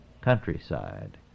countryside